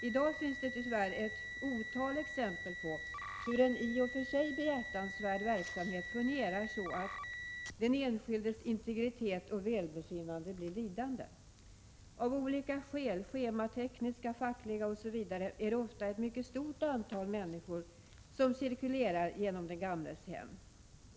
I dag ser vi tyvärr ett otal exempel på hur en i och för sig behjärtansvärd verksamhet fungerar på ett sådant sätt att den enskildes integritet och välbefinnande blir lidande. Av olika skäl — schematekniska, fackliga osv. — är det i många fall ett mycket stort antal människor som cirkulerar genom den gamles hem.